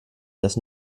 das